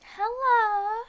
Hello